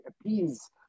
appease